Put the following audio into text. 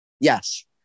yes